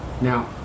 Now